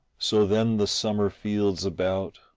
so then the summer fields about,